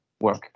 work